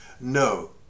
No